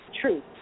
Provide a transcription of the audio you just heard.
truth